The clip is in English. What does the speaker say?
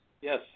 Yes